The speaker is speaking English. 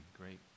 great